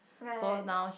like